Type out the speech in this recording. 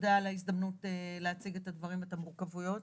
תודה על ההזדמנות להציג את הדברים ואת המורכבויות.